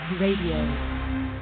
Radio